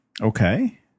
Okay